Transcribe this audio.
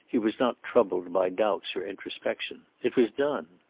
he was not troubled by doubts or introspection. it was done.